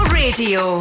radio